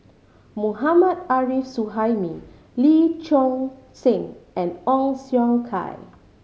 Mohammad Arif Suhaimi Lee Choon Seng and Ong Siong Kai